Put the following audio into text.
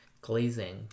glazing